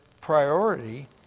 priority